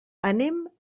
anem